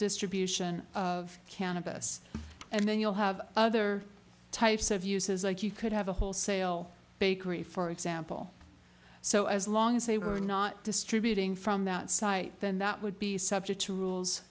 distribution of cannabis and then you'll have other types of uses like you could have a wholesale bakery for example so as long as they were not distributing from that site then that would be subject to rules